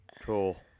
Cool